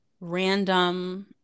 random